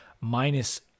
minus